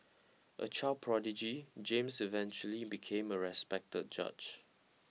a child prodigy James eventually became a respected judge